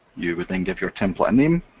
you would then give your template a name,